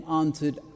answered